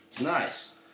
Nice